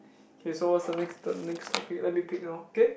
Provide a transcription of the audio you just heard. okay so what's the next the next topic let me pick now k